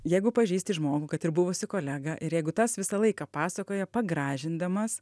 jeigu pažįsti žmogų kad ir buvusį kolegą ir jeigu tas visą laiką pasakoja pagražindamas